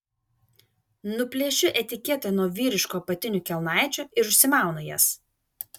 nuplėšiu etiketę nuo vyriškų apatinių kelnaičių ir užsimaunu jas